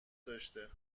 داشته